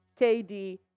KD